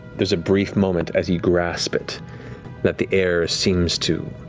there's a brief moment as you grasp it that the air seems to